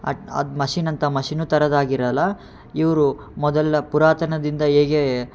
ಅಡ್ ಅದು ಮಷಿನ್ ಅಂಥ ಮಷಿನು ತರೋದಾಗಿರಲ್ಲ ಇವರು ಮೊದಲು ಪುರಾತನದಿಂದ ಹೇಗೆ